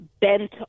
bent